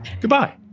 Goodbye